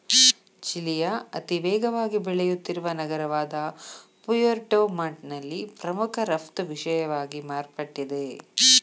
ಚಿಲಿಯ ಅತಿವೇಗವಾಗಿ ಬೆಳೆಯುತ್ತಿರುವ ನಗರವಾದಪುಯೆರ್ಟೊ ಮಾಂಟ್ನಲ್ಲಿ ಪ್ರಮುಖ ರಫ್ತು ವಿಷಯವಾಗಿ ಮಾರ್ಪಟ್ಟಿದೆ